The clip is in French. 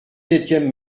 septième